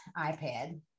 iPad